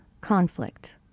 Conflict